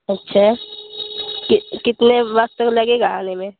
अच्छा कि कितने वक्त लगेगा आने में